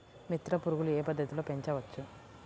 మిత్ర పురుగులు ఏ పద్దతిలో పెంచవచ్చు?